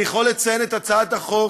אני יכול לציין את הצעת החוק